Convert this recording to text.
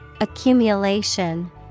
Accumulation